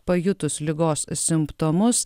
pajutus ligos simptomus